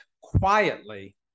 quietly